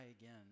again